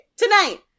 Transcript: Tonight